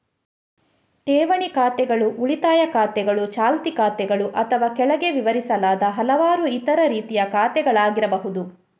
ಠೇವಣಿ ಖಾತೆಗಳು ಉಳಿತಾಯ ಖಾತೆಗಳು, ಚಾಲ್ತಿ ಖಾತೆಗಳು ಅಥವಾ ಕೆಳಗೆ ವಿವರಿಸಲಾದ ಹಲವಾರು ಇತರ ರೀತಿಯ ಖಾತೆಗಳಾಗಿರಬಹುದು